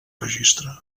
registre